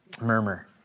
murmur